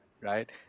right